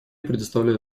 предоставляю